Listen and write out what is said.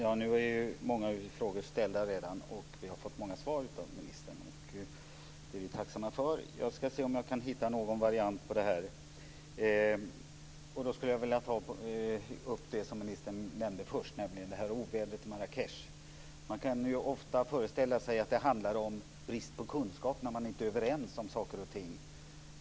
Fru talman! Många frågor är redan ställda, och vi har fått många svar av ministern. Det är vi tacksamma för. Jag ska se om jag kan hitta någon variant på detta. Jag vill ta upp det som ministern nämnde först, nämligen ovädret i Marrakech. Man kan ofta föreställa sig att det handlar om brist på kunskap när man inte är överens om saker och ting.